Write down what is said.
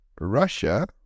Russia